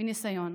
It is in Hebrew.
מניסיון.